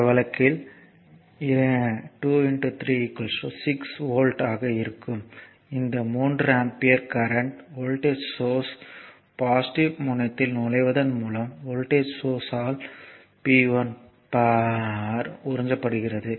இந்த வழக்கில் 2 3 6 வோல்ட் ஆக இருக்கும் இந்த 3 ஆம்பியர் கரண்ட் வோல்டேஜ் சோர்ஸ் இன் பாசிட்டிவ் முனையத்தில் நுழைவதன் மூலம் வோல்டேஜ் சோர்ஸ் ஆல் P1 பவர் உறிஞ்சப்படுகிறது